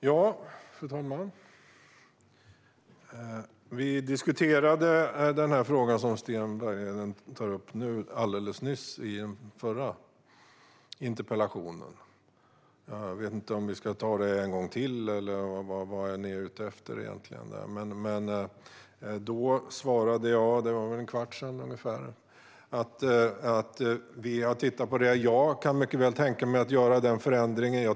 Fru talman! Den fråga som Sten Bergheden nu tar upp diskuterade vi alldeles nyss i den förra interpellationsdebatten. Jag vet inte om vi ska ta det hela en gång till, eller vad är ni ute efter egentligen? För ungefär en kvart sedan svarade jag att vi har tittat på det här. Jag kan mycket väl tänka mig att göra en sådan förändring.